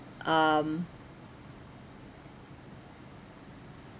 um